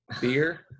beer